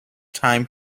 time